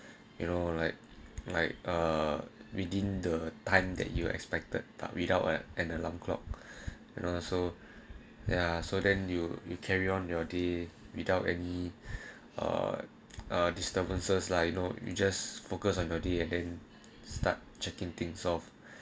you know like like uh within the time that you expected but without an alarm clock you know so ya so then you you carry on your day without any uh disturbances like you know you just focus on the day and then start checking things off